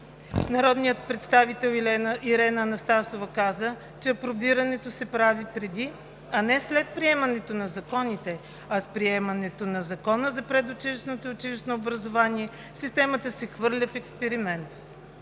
Народният представител Ирена Анастасова каза, че апробирането се прави преди, а не след приемането на законите, а с приемането на Закона за предучилищното и училищното образование системата се хвърля в експеримент.